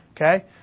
Okay